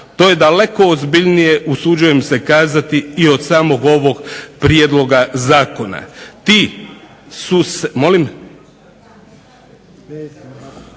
to je daleko ozbiljnije usuđujem se kazati i od samog ovog Prijedloga zakona.